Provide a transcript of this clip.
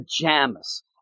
pajamas